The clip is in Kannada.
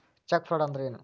ಚೆಕ್ ಫ್ರಾಡ್ ಅಂದ್ರ ಏನು?